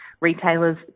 Retailers